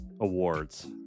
awards